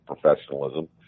professionalism